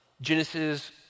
Genesis